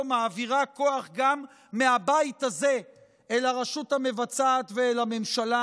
מעבירה כוח גם מהבית הזה אל הרשות המבצעת ואל הממשלה,